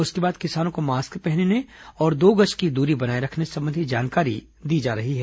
उसके बाद किसानों को मास्क पहनने और दो गज की दूरी बनाए रखने संबंधी जानकारी दी जा रही है